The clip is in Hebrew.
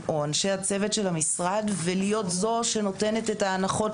או אנשי הצוות של המשרד ולהיות זו שנותנת את ההנחות